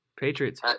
Patriots